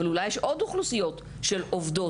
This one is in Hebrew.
אבל אולי יש עוד אוכלוסיות של עובדות,